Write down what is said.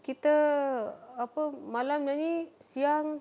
kita apa malam nyanyi siang